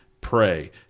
pray